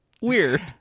Weird